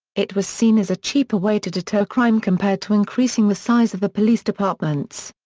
it was seen as a cheaper way to deter crime compared to increasing the size of the police departments.